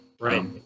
Right